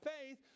faith